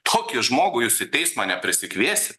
tokį žmogų jūs į teismą neprisikviesi